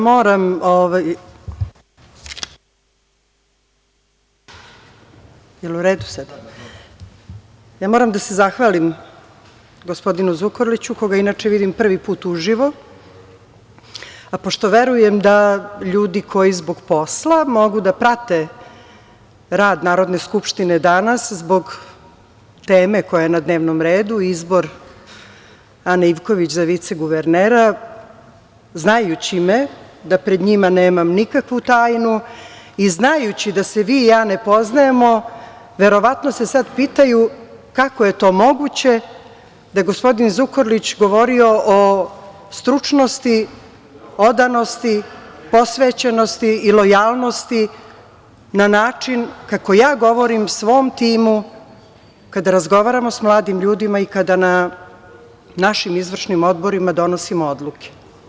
Moram da se zahvalim gospodinu Zukorliću, koga inače vidim prvi put uživo, pošto verujem da ljudi koji zbog posla mogu da prate rad Narodne skupštine danas, zbog teme koja je na dnevnom redu, izbor Ane Ivković za viceguvernera, znajući me, da pred njima nemam nikakvu tajnu i znajući da se vi i ja ne poznajemo, verovatno se sad pitaju, kako je to moguće da je gospodin Zukorlić govorio o stručnosti, odanosti, posvećenosti i lojalnosti na način kako ja govorim svom timu kad razgovaramo sa mladim ljudima i kada na našim izvršnim odborima donosimo odluke.